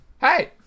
Hey